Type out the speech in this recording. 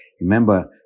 Remember